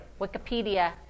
Wikipedia